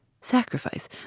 sacrifice